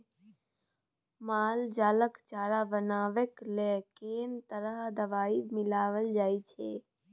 माल जालक चारा बनेबाक लेल कैक तरह दवाई मिलाएल जाइत छै